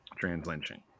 Trans-lynching